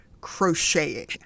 crocheting